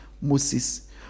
Moses